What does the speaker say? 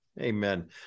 Amen